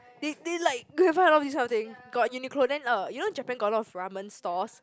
they they like they have a lot of this kind of thing got Uniqlo then uh you know Japan got a lot of ramen stores